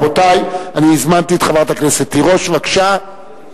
רבותי, הזמנתי את חברת הכנסת תירוש, בבקשה.